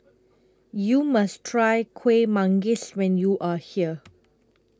YOU must Try Kueh Manggis when YOU Are here